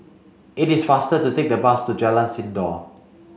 it is faster to take the bus to Jalan Sindor